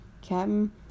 Captain